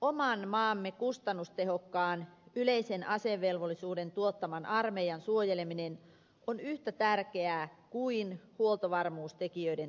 oman maamme kustannustehokkaan yleisen asevelvollisuuden tuottaman armeijan suojeleminen on yhtä tärkeää kuin huoltovarmuustekijöiden tukeminen